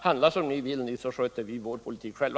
Handla som ni vill så sköter vi vår politik själva!